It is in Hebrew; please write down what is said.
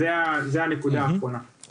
אז זו הנקודה האחרונה שלי